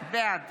בעד